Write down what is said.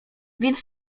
więc